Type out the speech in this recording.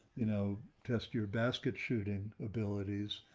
you know, test your basket shooting abilities,